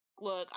look